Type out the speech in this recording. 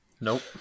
nope